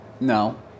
No